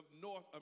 North